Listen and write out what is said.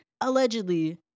allegedly